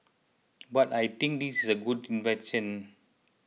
but I think this is a good invention